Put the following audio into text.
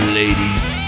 ladies